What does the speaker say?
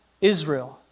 Israel